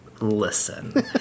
listen